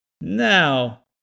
Now